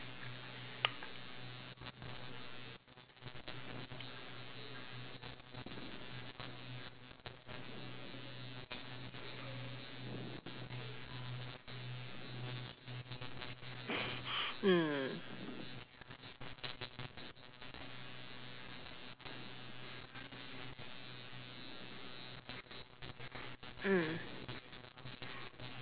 mm mm